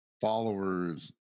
followers